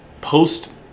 post